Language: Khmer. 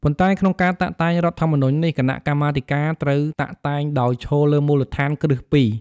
ប៉ុន្តែក្នុងការតាក់តែងរដ្ឋធម្មនុញ្ញនេះ គណៈកម្មាធិការត្រូវតាក់តែងដោយឈរលើមូលដ្ឋានគ្រឹះពីរ។